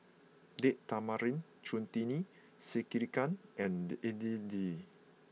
Date Tamarind Chutney Sekihan and Idili